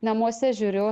namuose žiūriu